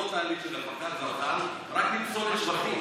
תהליך של הפקת זרחן רק עם פסולת שפכים.